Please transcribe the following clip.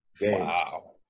Wow